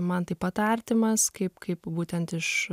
man taip pat artimas kaip kaip būtent iš